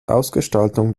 ausgestaltung